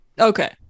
Okay